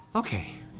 okay.